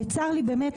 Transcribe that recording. צר לי באמת,